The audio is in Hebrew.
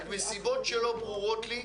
אבל מסיבות שלא ברורות לי,